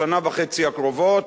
לשנה וחצי הקרובות,